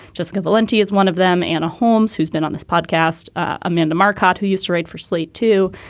jessica valenti is one of them. anna holmes, who's been on this podcast. amanda marcotte, who used to write for slate, too.